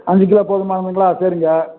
அஞ்சு கிலோ போதுமானதுங்களா சரிங்க